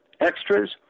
extras